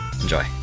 enjoy